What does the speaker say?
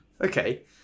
Okay